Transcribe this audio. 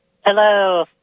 Hello